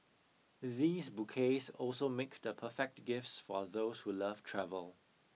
these bouquets also make the perfect gifts for those who love travel